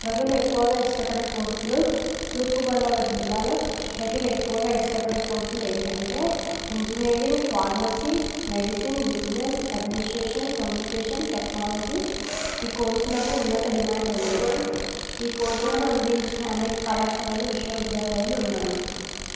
ప్రజలు ఎక్కువగా ఇష్టపడే కోర్సులు తూర్పుగోదావరి జిల్లాలో ప్రజలు ఎక్కువగా ఇష్టపడే కోర్సులు ఏంటంటే engineering pharmacy medicine business administration communication technology ఈ కోర్సులకు ఉన్నత డిమాండ్ ఉంది ఈ కోర్సులను అందించే అనేక కళాశాలలు విశ్వవిద్యాలయాలు ఉన్నాయి